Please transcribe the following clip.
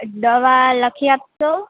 દવા લખી આપશો